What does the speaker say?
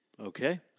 Okay